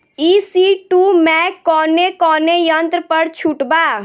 ई.सी टू मै कौने कौने यंत्र पर छुट बा?